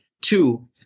Two